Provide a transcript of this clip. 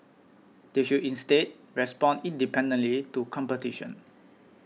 they should instead respond independently to competition